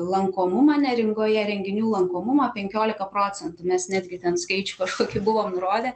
lankomumą neringoje renginių lankomumą penkiolika procentų mes netgi ten skaičių kažkokį buvom nurodę